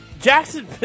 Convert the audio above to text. Jackson